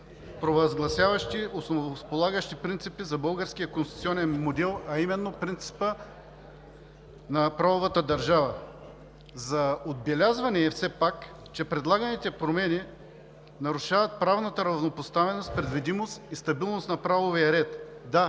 провъзгласяващи основополагащи принципи за българския конституционен модел, а именно принципът на правовата държава. За отбелязване е все пак, че предлаганите промени нарушават правната равнопоставеност, предвидимост и стабилност на правовия ред. Да,